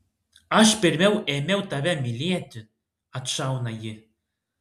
aš pirmiau ėmiau tave mylėti atšauna ji